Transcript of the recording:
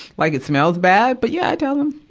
like, it smells bad. but, yeah, i tell him.